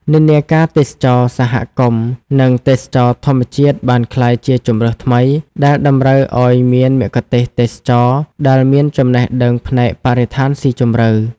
និន្នាការទេសចរណ៍សហគមន៍ និងទេសចរណ៍ធម្មជាតិបានក្លាយជាជម្រើសថ្មី ដែលតម្រូវឱ្យមានមគ្គុទ្ទេសក៍ទេសចរណ៍ដែលមានចំណេះដឹងផ្នែកបរិស្ថានស៊ីជម្រៅ។